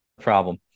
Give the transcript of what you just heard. problem